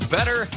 Better